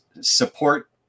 support